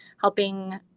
helping